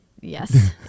yes